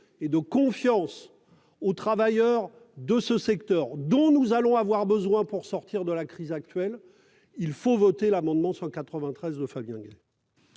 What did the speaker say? et de confiance aux travailleurs de ce secteur, dont nous allons avoir besoin pour sortir de la crise actuelle, il faut voter l'amendement n° 193 ! Je mets